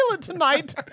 tonight